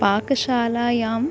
पाकशालायां